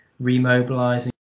remobilizing